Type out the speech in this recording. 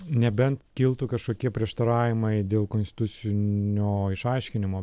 nebent kiltų kažkokie prieštaravimai dėl konstitucinio išaiškinimo